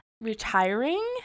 retiring